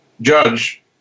judge